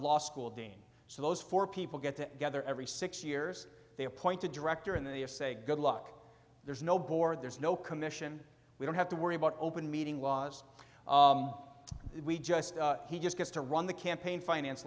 law school dean so those four people get to gether every six years they appoint a director and they have say good luck there's no board there's no commission we don't have to worry about open meeting laws we just he just has to run the campaign finance